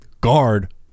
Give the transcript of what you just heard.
guard